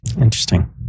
interesting